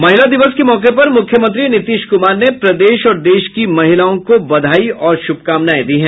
महिला दिवस के मौके पर मूख्यमंत्री नीतीश कुमार ने प्रदेश और देश की महिलाओं को बधाई और शुभकामनायें दी है